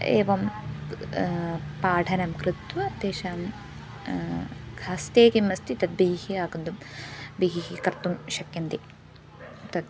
एवं पाठनं कृत्वा तेषां हस्ते किमस्ति तत् देह्य आगन्तुं बहिः कर्तुं शक्यन्ते तत्